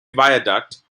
viaduct